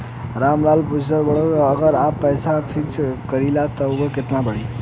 राम लाल पूछत बड़न की अगर हम पैसा फिक्स करीला त ऊ कितना बड़ी?